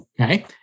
Okay